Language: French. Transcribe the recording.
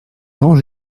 quand